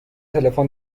تلفن